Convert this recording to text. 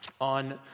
On